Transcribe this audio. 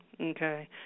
okay